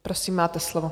Prosím, máte slovo.